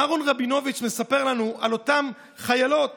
אהרן רבינוביץ' מספר לנו על אותן חיילות